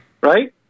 Right